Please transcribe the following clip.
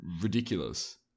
ridiculous